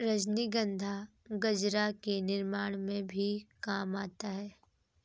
रजनीगंधा गजरा के निर्माण में भी काम आता है